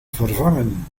vervangen